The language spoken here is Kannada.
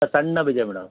ಅದು ಸಣ್ಣ ಬೀಜ ಮೇಡಮ್